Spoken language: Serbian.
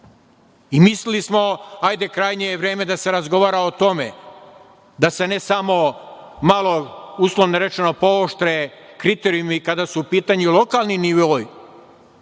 vlast. Mislili smo, hajde, krajnje je vreme da se razgovara o tome, da se ne samo malo, uslovno rečeno, pooštre kriterijumi kada su u pitanju lokalni nivoi,